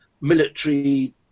military